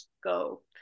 scope